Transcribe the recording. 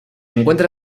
encuentra